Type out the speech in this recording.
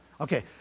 Okay